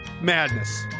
Madness